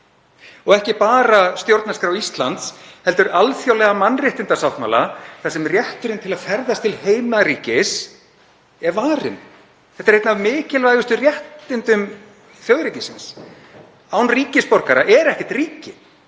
og ekki bara stjórnarskrá Íslands heldur alþjóðlega mannréttindasáttmála þar sem rétturinn til að ferðast til heimaríkis er varinn. Þetta eru ein af mikilvægustu réttindum þjóðríkisins. Án ríkisborgara er ekkert ríki